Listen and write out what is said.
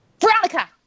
Veronica